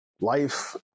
life